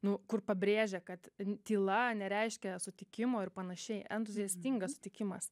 nu kur pabrėžia kad tyla nereiškia sutikimo ir panašiai entuziastingas sutikimas